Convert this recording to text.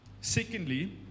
Secondly